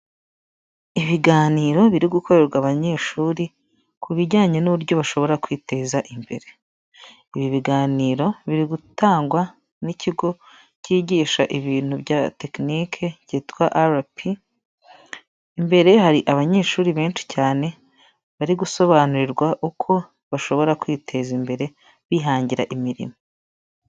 Ibiganiro biri gukorerwa abanyeshuri ku bijyanye n'uburyo bashobora kwiteza imbere, ibi biganiro biri gutangwa n'ikigo cyigisha ibintu bya tekinike cyitwa RP, imbere hari abanyeshuri benshi cyane bari gusobanurirwa uko bashobora kwiteza imbere bihangira imirimo.